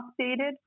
updated